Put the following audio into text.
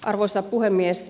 arvoisa puhemies